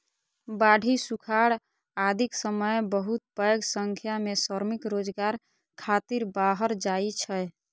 बाढ़ि, सुखाड़ आदिक समय बहुत पैघ संख्या मे श्रमिक रोजगार खातिर बाहर जाइ छै